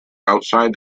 outside